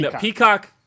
peacock